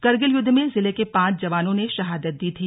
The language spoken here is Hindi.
करगिल युद्ध में जिले के पांच जवानों ने शहादत दी थी